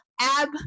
AB